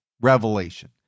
revelation